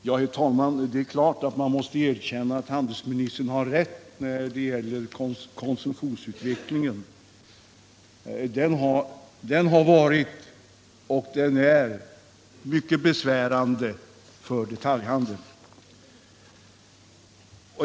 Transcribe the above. Herr talman! Det är klart att handelsministern har rätt i vad han säger om konsumtionsutvecklingen. Man måste erkänna att den har varit och är mycket besvärande för detaljhandeln.